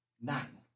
Nine